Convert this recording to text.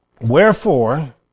Wherefore